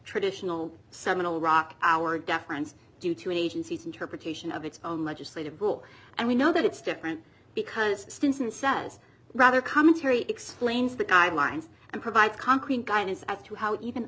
traditional seminal rock our deference due to an agency's interpretation of its own legislative book and we know that it's different because stinson says rather commentary explains the guidelines and provide concrete guidance as to how even